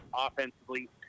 offensively